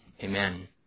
Amen